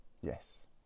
Yes